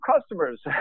customers